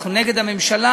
אנחנו נגד הממשלה,